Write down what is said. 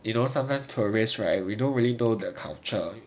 you know sometimes tourist right we don't really know their culture